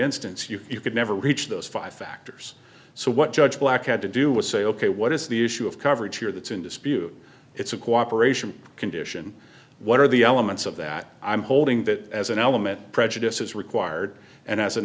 instance you could never reach those five factors so what judge black had to do was say ok what is the issue of coverage here that's in dispute it's a cooperation condition what are the elements of that i'm holding that as an element prejudice is required and as an